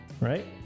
right